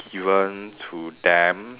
given to them